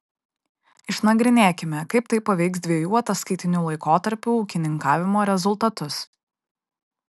išnagrinėkime kaip tai paveiks dviejų ataskaitinių laikotarpių ūkininkavimo rezultatus